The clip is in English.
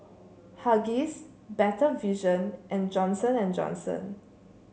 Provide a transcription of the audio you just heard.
Huggies Better Vision and Johnson And Johnson